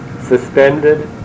suspended